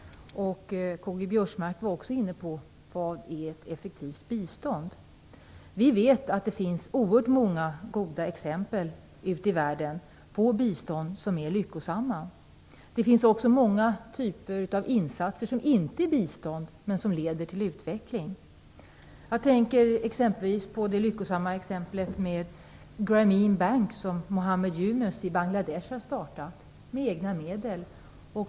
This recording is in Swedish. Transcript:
Också K G Biörsmark var inne på frågan vad som menas med ett effektivt bistånd. Vi vet att det finns oerhört många goda exempel på bistånd ute i världen som är lyckosamma. Det finns också många typer av insatser som inte är bistånd men som leder till utveckling. Jag tänker då på det lyckosamma exemplet med Grameen Bank i Bangladesh som Mohammed Yunus har startat med egna medel.